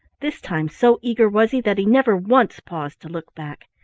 this time so eager was he that he never once paused to look back,